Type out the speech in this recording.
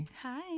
Hi